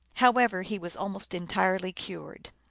how ever, he was almost entirely cured.